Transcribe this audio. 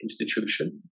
institution